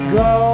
go